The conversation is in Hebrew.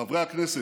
חברי הכנסת,